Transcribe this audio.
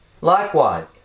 Likewise